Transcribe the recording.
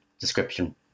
description